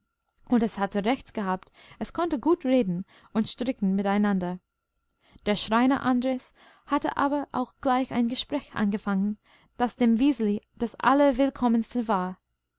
und es hatte recht gehabt es konnte gut reden und stricken miteinander der schreiner andres hatte aber auch gleich ein gespräch angefangen das dem wiseli das allerwillkommenste war